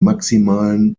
maximalen